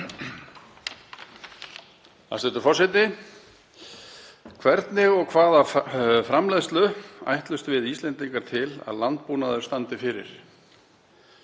spurningar: Hvernig og hvaða framleiðslu ætlumst við Íslendingar til að landbúnaður standa fyrir?